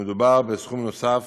מדובר בסכום נוסף